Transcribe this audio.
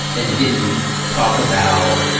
and it didn't talk about